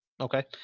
Okay